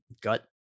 gut